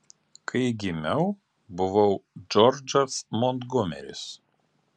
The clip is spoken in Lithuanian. kai gimiau buvau džordžas montgomeris